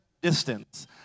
distance